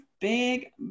big